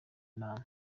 nama